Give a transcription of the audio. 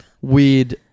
weird